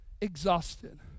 exhausted